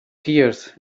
tears